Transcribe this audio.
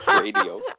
radio